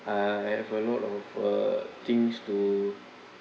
I have a lot of uh things to